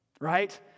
right